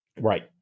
Right